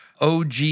OG